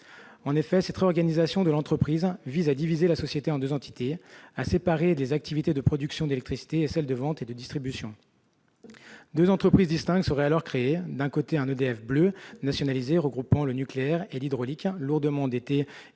En effet, cette réorganisation de l'entreprise vise à diviser la société en deux entités, en séparant les activités de production d'électricité et celles de vente et de distribution. Deux entreprises distinctes seraient alors créées : d'un côté, un « EDF Bleu », nationalisé, regroupant le nucléaire et l'hydraulique, lourdement endetté